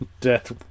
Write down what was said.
Death